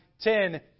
ten